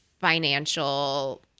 financial